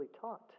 taught